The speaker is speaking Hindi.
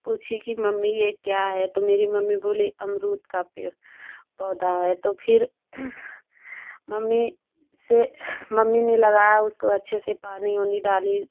पूछी कि मम्मी ये क्या है तो मेरी मम्मी बोली अमरुद का पेड़ पौधा है तो फिर मम्मी से मम्मी ने लगाया उसको अच्छे से पानी उनी डाली